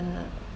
uh